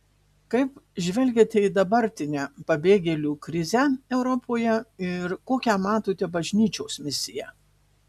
kaip žvelgiate į dabartinę pabėgėlių krizę europoje ir kokią matote bažnyčios misiją